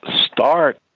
start